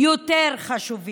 חשוב יותר.